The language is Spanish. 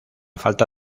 falta